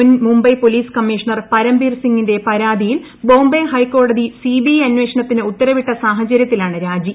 മുൻ Mumbai police commissioner Parambir സിംഗിന്റെ പരാതിയിൽ ബോംബൈ ഹൈക്ക്ക്ട്ടെതി സിബിഐ അന്വേഷണത്തിന് ഉത്തരവിട്ട സാഹചര്യത്തിലാണ് രാജി